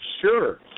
sure